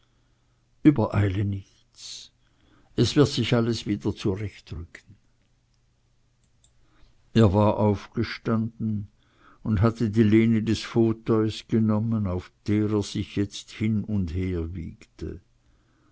übereile nichts es wird sich alles wieder zurechtrücken er war aufgestanden und hatte die lehne des fauteuils genommen auf der er sich jetzt hin und her wiegte